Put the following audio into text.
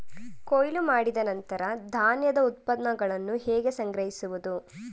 ಕೊಯ್ಲು ಮಾಡಿದ ನಂತರ ಧಾನ್ಯದ ಉತ್ಪನ್ನಗಳನ್ನು ಹೇಗೆ ಸಂಗ್ರಹಿಸುವುದು?